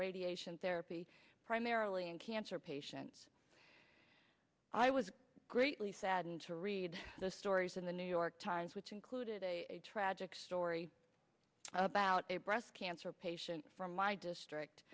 radiation therapy primarily in cancer patients i was greatly saddened to read the stories in the new york times which included a tragic story about a breast cancer patient from my district